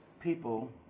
people